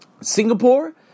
Singapore